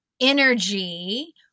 energy